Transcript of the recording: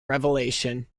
revelation